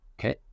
Okay